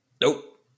Nope